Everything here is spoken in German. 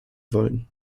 wollen